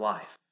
Life